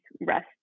rest